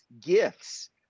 gifts